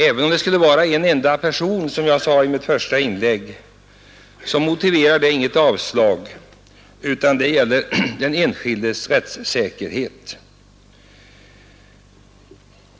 Även om det skulle vara en enda person, som jag sade i mitt första inlägg, så motiverar det inget avslag, utan det gäller den enskildes rättssäkerhet.